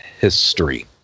history